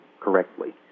correctly